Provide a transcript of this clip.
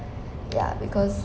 ya because